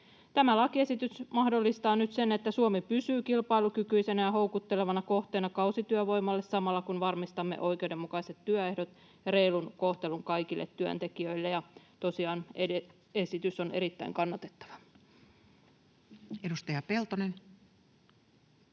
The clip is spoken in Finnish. Tämä lakiesitys mahdollistaa nyt sen, että Suomi pysyy kilpailukykyisenä ja houkuttelevana kohteena kausityövoimalle samalla, kun varmistamme oikeudenmukaiset työehdot ja reilun kohtelun kaikille työntekijöille. Tosiaan esitys on erittäin kannatettava. Edustaja Peltonen.